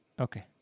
Okay